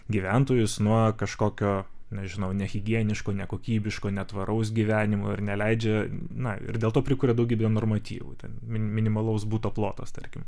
gyventojus nuo kažkokio nežinau nehigieniško nekokybiško netvaraus gyvenimo ir neleidžia na ir dėl to prikuria daugybę normatyvų ten mi minimalaus buto plotas tarkim